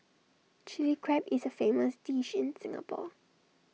Chilli Crab is A famous dish in Singapore